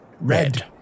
red